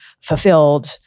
fulfilled